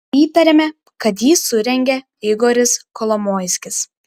įtariame kad jį surengė igoris kolomoiskis